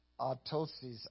autosis